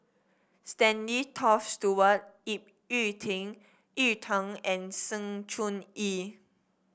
Stanley Toft Stewart Ip Yiu Yiu Tung and Sng Choon Yee